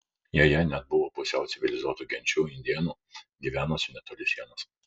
joje net buvo pusiau civilizuotų genčių indėnų gyvenusių netoli sienos